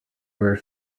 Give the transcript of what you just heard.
were